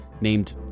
named